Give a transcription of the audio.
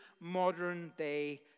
modern-day